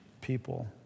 people